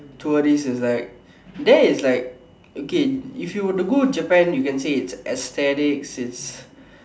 tourist is like there is like okay if you were to go Japan you can say like it's aesthetic it's